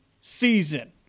season